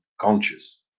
conscious